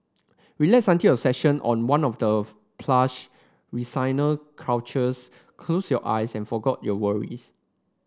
relax until your session on one of the plush recliner couches close your eyes and forgot your worries